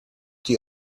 die